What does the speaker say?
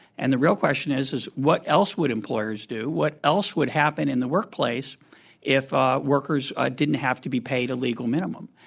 and the real question is, what else would employers do? what else would happen in the workplace if ah workers didn't have to be paid a legal minimum?